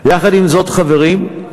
יחד עם זאת, חברים,